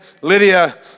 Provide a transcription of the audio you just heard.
Lydia